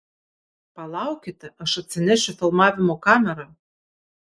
palaukite aš atsinešiu filmavimo kamerą